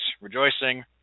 rejoicing